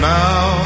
now